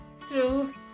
True